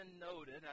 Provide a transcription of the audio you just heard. noted